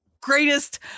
Greatest